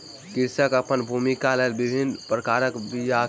कृषक अपन भूमिक लेल विभिन्न प्रकारक बीयाक चुनलक